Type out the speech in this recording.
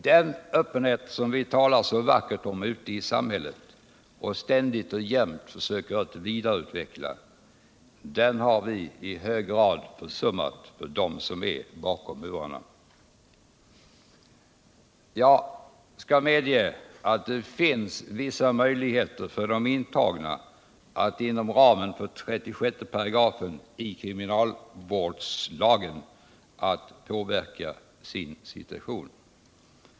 Den öppenhet som vi talar så vackert om ute i samhället och ständigt och jämt söker vidareutveckla, den har vi i hög grad försummat för dem som är bakom murarna. Jag skall medge att det finns vissa möjligheter för de intagna att inom ramen för 36 § kriminalvårdslagen påverka sin egen situation.